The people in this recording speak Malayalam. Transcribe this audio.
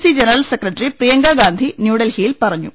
C general secretary Priyanka Gandhi ന്യൂഡൽഹിയിൽ പറഞ്ഞു